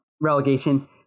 relegation